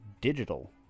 digital